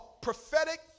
prophetic